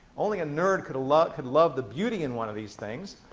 only a nerd could love could love the beauty in one of these things.